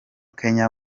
kenya